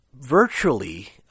virtually